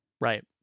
Right